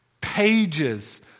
pages